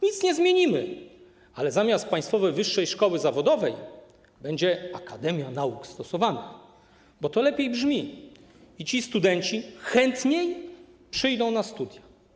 Nic nie zmienimy, ale zamiast państwowej wyższej szkoły zawodowej będzie akademia nauk stosowanych, bo to lepiej brzmi i studenci chętniej przyjdą na studia.